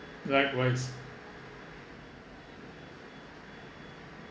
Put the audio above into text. likewise